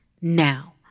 Now